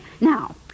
Now